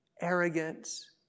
arrogance